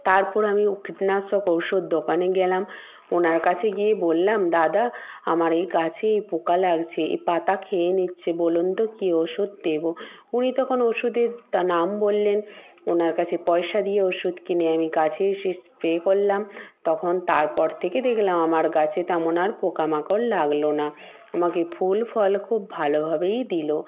তারপর আমি কীটনাশক ঔষধ দোকানে গেলাম ওনার কাছে গিয়ে বললাম দাদা আমার এই গাছে এই পোকা লাগছে এই পাতা খেয়ে নিচ্ছে বলুন তো কী ওষুধ দেব উনি তখন ওষুধের তা নাম বললেন ওনার কাছে পয়সা দিয়ে ওষুধ কিনে আমি গাছে সেই স্প্রে করলাম তখন তারপর থেকে দেখলাম আমার গাছে তেমন আর পোকামাকড় লাগল না আমাকে ফুল ফল খুব ভালোভাবেই দিল